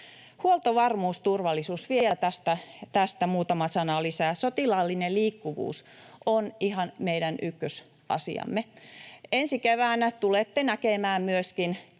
Huoltovarmuusturvallisuus, vielä tästä muutama sana lisää. Sotilaallinen liikkuvuus on ihan meidän ykkösasiamme. Ensi keväänä tulette näkemään myöskin, kuinka